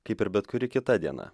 kaip ir bet kuri kita diena